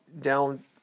down